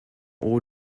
eau